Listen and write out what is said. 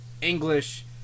English